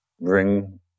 bring